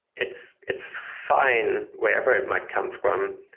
it's it's fine wherever it might come from,